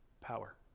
power